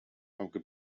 auge